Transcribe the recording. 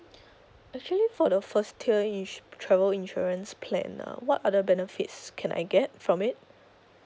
actually for the first tier ins~ travel insurance plan ah what other benefits can I get from it